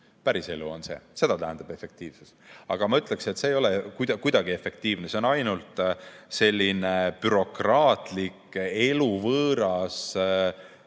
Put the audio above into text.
Päriselu on see, seda tähendab efektiivsus. Aga ma ütleksin, et see ei ole kuidagi efektiivne. See on selline bürokraatlik, eluvõõras